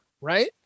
Right